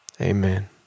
Amen